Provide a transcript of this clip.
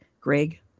Greg